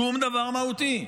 שום דבר מהותי,